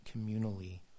communally